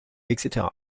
etc